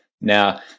now